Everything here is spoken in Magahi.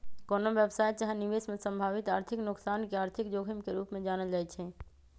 कोनो व्यवसाय चाहे निवेश में संभावित आर्थिक नोकसान के आर्थिक जोखिम के रूप में जानल जाइ छइ